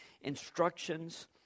Instructions